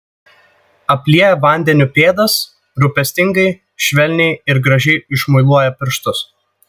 aplieja vandeniu pėdas rūpestingai švelniai ir gražiai išmuiluoja pirštus